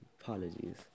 apologies